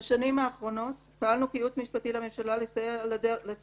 בשנים האחרונות פעלנו כייעוץ משפטי לממשלה לסייע